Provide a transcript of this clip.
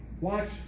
watch